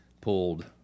pulled